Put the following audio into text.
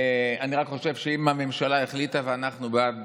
אני רק חושב שאם הממשלה החליטה, ואנחנו בעד